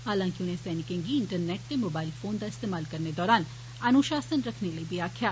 हालांकि उने सैनिक गी इंटरनेट दे मोबाईल फोन दा इस्तेमाल करने दौरान अनुशासन रक्खने लेई बी आक्खेआ